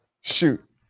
shoot